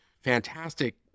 fantastic